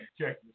check